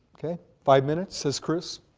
okay. five minutes says chris.